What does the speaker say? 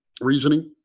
reasoning